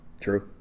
True